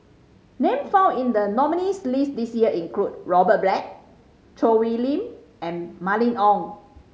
names found in the nominees' list this year include Robert Black Choo Hwee Lim and Mylene Ong